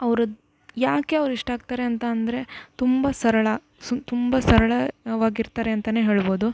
ಅವ್ರದ್ದು ಯಾಕೆ ಅವ್ರು ಇಷ್ಟಾಗ್ತಾರೆ ಅಂತ ಅಂದರೆ ತುಂಬ ಸರಳ ಸು ತುಂಬ ಸರಳ ಆಗಿರ್ತಾರೆ ಅಂತನೇ ಹೇಳ್ಬೋದು